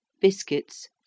Biscuits